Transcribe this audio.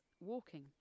walking